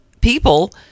people